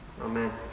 Amen